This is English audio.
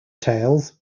tales